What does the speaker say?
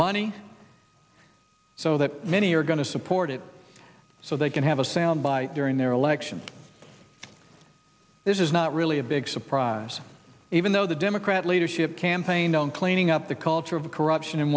money so that many are going to support it so they can have a sound bite during their election this is not really a big surprise even though the democrat leadership campaigned on cleaning up the culture of corruption in